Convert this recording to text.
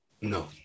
No